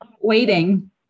waiting